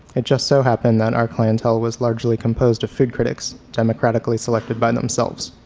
it just so happened that our clientele was largely composed of food critics democratically selected by themselves.